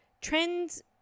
Trends